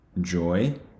joy